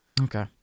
Okay